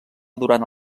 durant